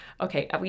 okay